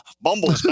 bumble